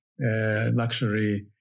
luxury